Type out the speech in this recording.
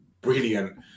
brilliant